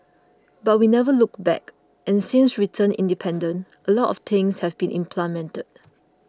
but we never looked back and since we turned independent a lot of things have been implemented